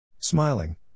Smiling